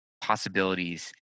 possibilities